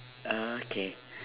okay